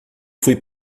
fui